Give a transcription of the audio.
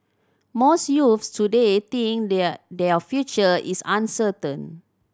most youths today think their their future is uncertain